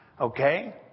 okay